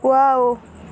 wow